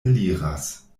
eliras